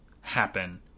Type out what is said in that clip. happen